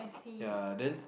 ya then